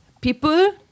people